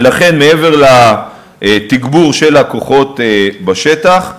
ולכן, מעבר לתגבור של הכוחות בשטח,